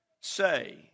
say